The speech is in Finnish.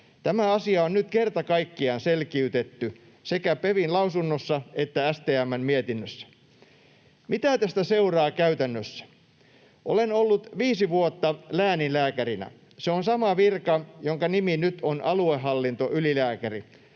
Tämä asia on nyt kerta kaikkiaan selkiytetty sekä PeVin lausunnossa että STM:n mietinnössä. Mitä tästä seuraa käytännössä? Olen ollut viisi vuotta lääninlääkärinä — se on sama virka, jonka nimi nyt on aluehallintoylilääkäri,